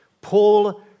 Paul